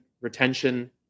retention